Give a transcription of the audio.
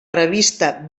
revista